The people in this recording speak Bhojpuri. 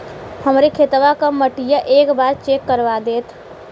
हमरे खेतवा क मटीया एक बार चेक करवा देत?